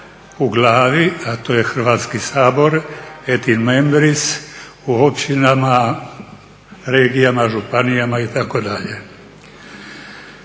u glavi, a to je Hrvatski sabor, et in membris u općinama, regijama, županijama itd. To je